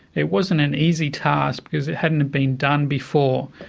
it wasn't an easy task because it hadn't been done before,